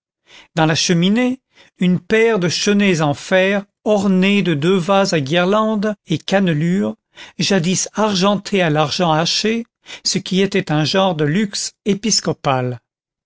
dans la cheminée une paire de chenets en fer ornés de deux vases à guirlandes et cannelures jadis argentés à l'argent haché ce qui était un genre de luxe épiscopal